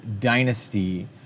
dynasty